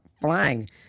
flying